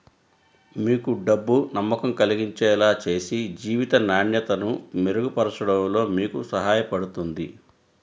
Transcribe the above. మీకు డబ్బు నమ్మకం కలిగించేలా చేసి జీవిత నాణ్యతను మెరుగుపరచడంలో మీకు సహాయపడుతుంది